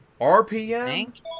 RPM